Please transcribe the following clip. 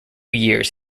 years